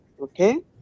okay